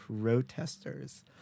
protesters